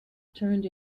turned